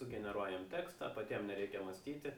sugeneruoja jiem tekstą patiem nereikia mąstyti